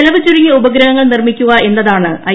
ചെലവു ചുരുങ്ങിയ ഉപഗ്രഹങ്ങൾ നിർമ്മിക്കുക എന്നതാണ് ഐ